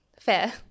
fair